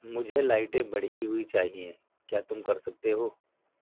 مجھے لائٹیں بڑھی ہوئی چاہئیں کیا تم کر سکتے ہو